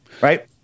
Right